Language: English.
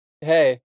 hey